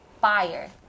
fire